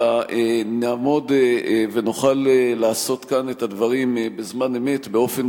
אלא נעמוד ונוכל לעשות כאן את הדברים בזמן אמת באופן